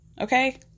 Okay